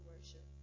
worship